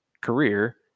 career